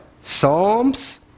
Psalms